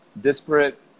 disparate